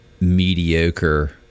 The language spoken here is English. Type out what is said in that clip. mediocre